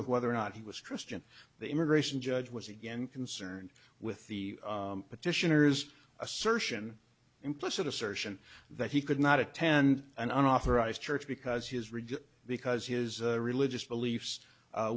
with whether or not he was christian the immigration judge was again concerned with the petitioners assertion implicit assertion that he could not attend an unauthorized church because his rigid because his religious beliefs